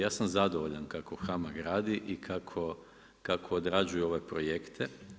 Ja sam zadovoljan kako HAMAG radi i kako odrađuje ove projekte.